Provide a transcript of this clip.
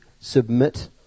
submit